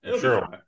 sure